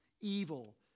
evil